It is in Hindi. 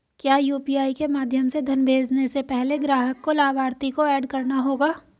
क्या यू.पी.आई के माध्यम से धन भेजने से पहले ग्राहक को लाभार्थी को एड करना होगा?